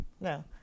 no